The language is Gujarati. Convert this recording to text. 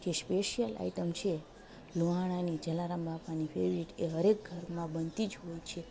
જે સ્પેશિયલ આઈટમ છે લોઆણાની જલારામ બાપાની ફેવરેટ એ હરએક ઘરમાં બનતી જ હોય છે